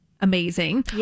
amazing